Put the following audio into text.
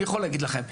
אני יכול להגיד לכם,